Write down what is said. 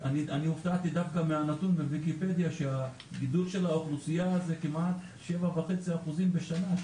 אני הופתעתי לקרוא בוויקיפדיה שהגידול של האוכלוסייה זה כמעט 7.5% בשנה.